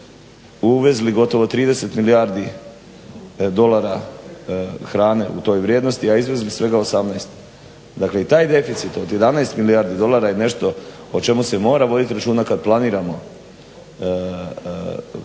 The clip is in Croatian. uvezli gotovo 30 milijardi dolara hrane u toj vrijednosti, a izvezli svega 18. Dakle i taj deficit od 11 milijardi dolara je nešto o čemu se mora voditi računa kad planiramo